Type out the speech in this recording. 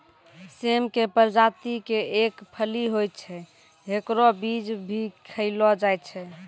सेम के प्रजाति के एक फली होय छै, हेकरो बीज भी खैलो जाय छै